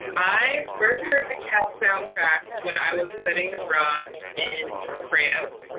i first heard the cat soundtrack when i was studying abroad in france.